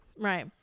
Right